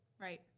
Right